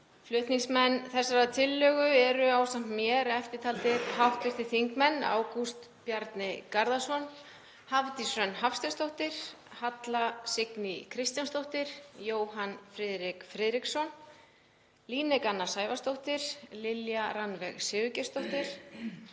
Flutningsmenn þessarar tillögu eru ásamt mér eftirtaldir hv. þingmenn: Ágúst Bjarni Garðarsson, Hafdís Hrönn Hafsteinsdóttir, Halla Signý Kristjánsdóttir, Jóhann Friðrik Friðriksson, Líneik Anna Sævarsdóttir, Lilja Rannveig Sigurgeirsdóttir,